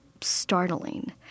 startling